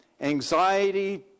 anxiety